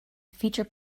feature